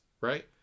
right